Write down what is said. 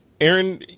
Aaron